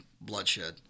bloodshed